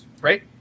right